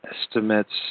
estimates